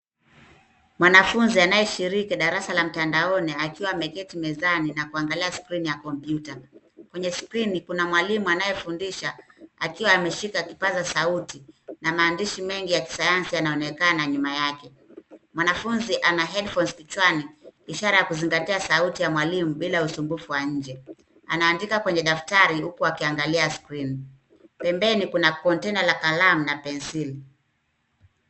Mwanafunzi anayeshiriki darasa la mtandaoni akiwa ameketi mezani na kuangalia skrini ya komputa. kwenye skrini Kuna mwalimu anayefundisha akiwa ameshika kipaza sauti ,na maandishi mengi ya kisayansi yanaonekana nyuma yake, mwanafunzi ana headphones kichwani ishara ya kuzingatia sauti ya mwalimu bila usumbufu wa nje. Anaandika kwenye daftari huku akiangalia skrini. Pembeni Kuna containa la kalamu na pencil .